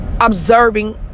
observing